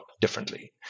differently